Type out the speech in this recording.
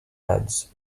beds